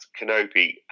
Kenobi